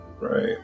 right